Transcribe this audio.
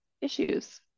issues